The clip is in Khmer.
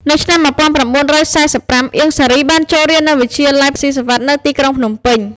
នៅឆ្នាំ១៩៤៥ អៀង សារី បានចូលរៀននៅវិទ្យាល័យស៊ីសុវត្ថិ នៅទីក្រុងភ្នំពេញ។